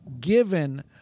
given